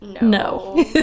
no